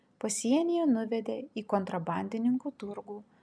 pasienyje nuvedė į kontrabandininkų turgų